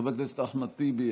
חבר הכנסת אחמד טיבי,